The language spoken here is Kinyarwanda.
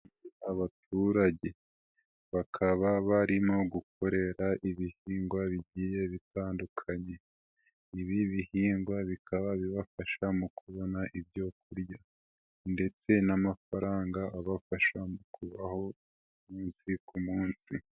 Abaturage bakaba barimo gukorera ibihingwa bigiye bitandukanye, ibi bihingwa bikaba bibafasha mu kubona ibyo kurya ndetse n'amafaranga abafasha mu kubaho umunsi ku munsi.